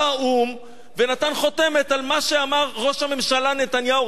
בא האו"ם ונתן חותמת על מה שאמר ראש הממשלה נתניהו,